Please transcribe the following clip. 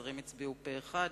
השרים הצביעו בעד פה-אחד,